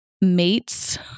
mates